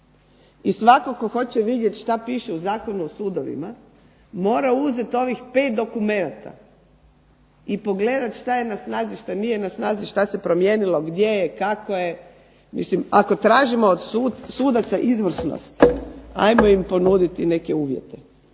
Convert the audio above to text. i svatko tko hoće vidjeti šta piše u Zakonu o sudovima mora uzeti ovih pet dokumenata i pogledat šta je na snazi, šta nije na snazi, šta se promijenilo, gdje je, kako je. Mislim ako tražimo od sudaca izvrsnost hajmo im ponuditi neke uvjete,